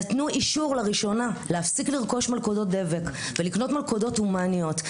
נתנו אישור לראשונה להפסיק לרכוש מלכודות דבק ולקנות מלכודות הומניות.